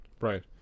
Right